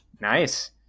nice